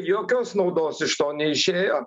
jokios naudos iš to neišėjo